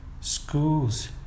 schools